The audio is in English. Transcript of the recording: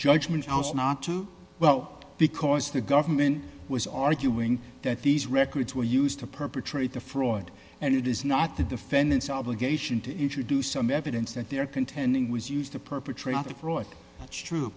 judgment i was not too well because the government was arguing that these records were used to perpetrate the fraud and it is not the defendants obligation to introduce some evidence that they are contending was used to perpetrate a fraud that's true